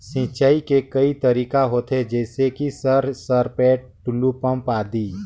सिंचाई के कई तरीका होथे? जैसे कि सर सरपैट, टुलु पंप, आदि?